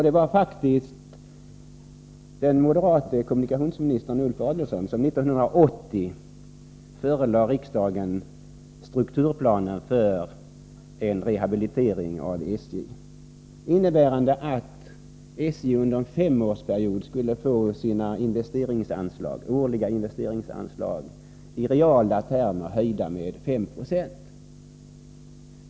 Det var den moderate kommunikationsministern Ulf Adelsohn som 1980 förelade riksdagen strukturplanen för en rehabilitering av SJ, innebärande att SJ under en femårsperiod skulle få sina årliga investeringsanslag höjda med i reala termer 5 90.